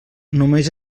només